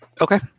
Okay